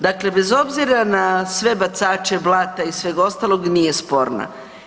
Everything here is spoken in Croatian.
Dakle, bez obzira na sve bacače blata i sveg ostalog nije sporna.